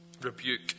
rebuke